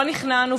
לא נכנענו,